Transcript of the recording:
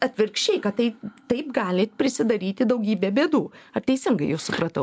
atvirkščiai kad tai taip galit prisidaryti daugybę bėdų ar teisingai jus supratau